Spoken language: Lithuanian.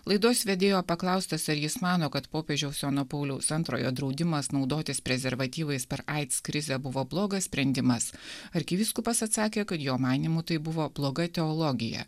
laidos vedėjo paklaustas ar jis mano kad popiežiaus jono pauliaus antrojo draudimas naudotis prezervatyvais per aids krizę buvo blogas sprendimas arkivyskupas atsakė kad jo manymu tai buvo bloga teologija